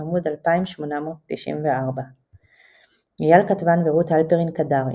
עמ' 2894 אייל כתבן ורות הלפרין קדרי,